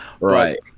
Right